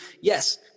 Yes